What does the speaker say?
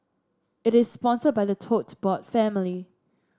it is sponsored by the Tote Board family